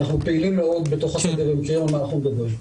אנחנו פעילים מאוד בתוך השדה ויודעים על מה אנחנו מדברים.